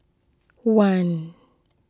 one